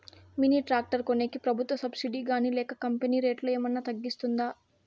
Mini tractor కొనేకి ప్రభుత్వ subsidy గాని లేక కంపెని రేటులో ఏమన్నా తగ్గిస్తుందా?